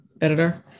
editor